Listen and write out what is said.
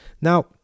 Now